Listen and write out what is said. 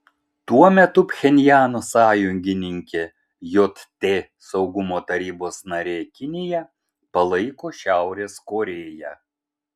tuo metu pchenjano sąjungininkė jt saugumo tarybos narė kinija palaiko šiaurės korėją